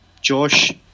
Josh